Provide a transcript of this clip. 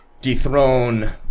dethrone